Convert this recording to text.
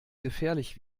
gefährlich